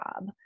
job